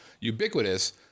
ubiquitous